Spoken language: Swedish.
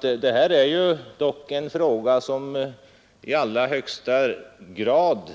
Detta är ju dock en fråga som i allra högsta grad